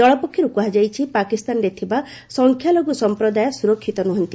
ଦଳ ପକ୍ଷରୁ କୁହାଯାଇଛି ପାକିସ୍ତାନରେ ଥିବା ସଂଖ୍ୟାଲଘୁ ସଂପ୍ରଦାୟ ସୁରକ୍ଷିତ ନୁହନ୍ତି